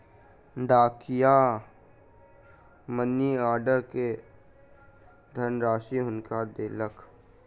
डाकिया money order के धनराशि हुनका देलक